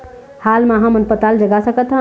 हाल मा हमन पताल जगा सकतहन?